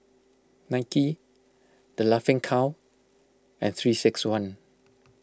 Nike the Laughing Cow and three six one